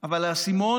אבל האסימון